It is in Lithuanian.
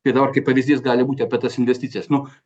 tai dabar kaip pavyzdys gali būti apie tas investicijas nu